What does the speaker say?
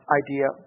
idea